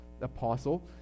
apostle